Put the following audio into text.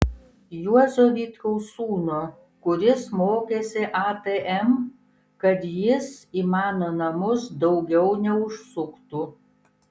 juozo vitkaus sūnų kuris mokėsi atm kad jis į mano namus daugiau neužsuktų